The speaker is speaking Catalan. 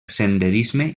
senderisme